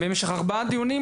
במשך ארבעה דיונים,